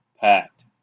packed